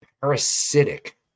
parasitic